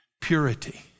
Purity